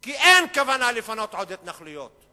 כי אין כוונה לפנות עוד התנחלויות.